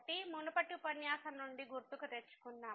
కాబట్టి మునుపటి ఉపన్యాసం నుండి గుర్తుకు తెచ్చుకుందాం